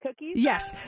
Yes